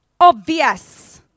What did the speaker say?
Obvious